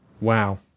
Wow